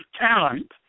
talent